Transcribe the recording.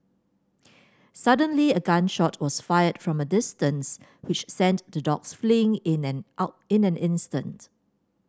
suddenly a gun shot was fired from a distance which sent the dogs fleeing in an out in an instant